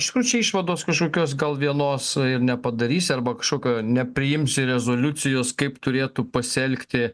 iš kur čia išvados kažkokios gal vienos ir nepadarysi arba kažkokio nepriimsi rezoliucijos kaip turėtų pasielgti